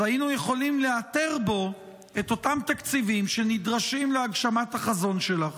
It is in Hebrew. אז היינו יכולים לאתר בו את אותם תקציבים שנדרשים להגשמת החזון שלך.